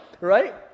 right